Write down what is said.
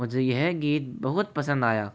मुझे यह गीत बहुत पसंद आया